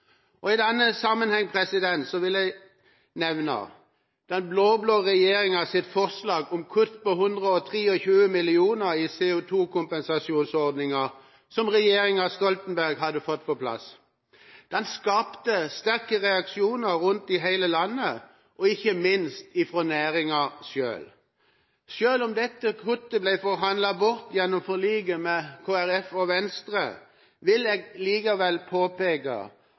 usikkerhet. I denne sammenheng vil jeg nevne den blå-blå regjeringas forslag om kutt på 123 mill. kr i CO2-kompensasjonsordninga som regjeringa Stoltenberg hadde fått på plass. Det skapte sterke reaksjoner rundt i hele landet og ikke minst fra næringa selv. Selv om dette kuttet ble forhandlet bort gjennom forliket med Kristelig Folkeparti og Venstre, vil jeg likevel påpeke